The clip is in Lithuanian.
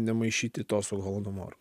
nemaišyti to su holodomoru